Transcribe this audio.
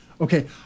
Okay